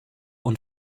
und